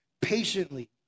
patiently